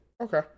Okay